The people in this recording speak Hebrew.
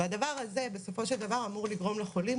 והדבר הזה בסופו של דבר אמור לגרום לחולים